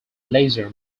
laser